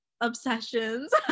obsessions